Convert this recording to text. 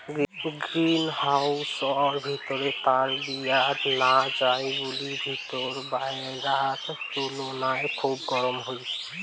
green হাউসর ভিতিরা তাপ বিরিয়া না যাই বুলি ভিতিরা বায়রার তুলুনায় খুব গরম হই